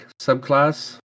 subclass